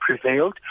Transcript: prevailed